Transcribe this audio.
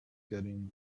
getting